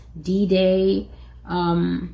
D-Day